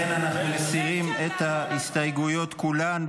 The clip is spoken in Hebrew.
לכן אנחנו מסירים את ההסתייגויות כולן,